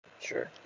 Sure